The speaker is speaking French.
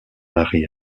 mary